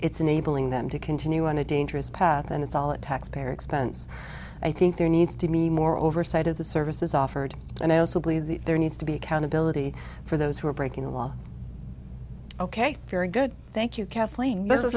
enabling them to continue on a dangerous path and it's all at taxpayer expense i think there needs to mean more oversight of the services offered and i also believe that there needs to be accountability for those who are breaking the law ok very good thank you kathleen this